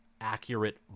accurate